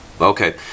Okay